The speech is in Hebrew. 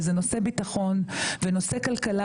שזה נושא ביטחון ונושא כלכלה,